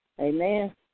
Amen